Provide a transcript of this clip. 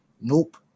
Nope